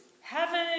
Heaven